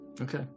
okay